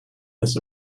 this